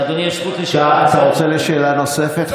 לאדוני יש זכות לשאלת, אתה רוצה שאלה נוספת?